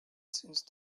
since